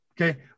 Okay